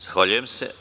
Zahvaljujem se.